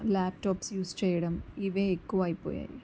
laptop use చేయడం ఇవే ఎక్కువ అయిపోయాయి